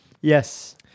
Yes